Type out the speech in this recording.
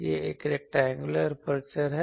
यह एक rectangular aperture है